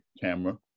camera